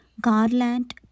garland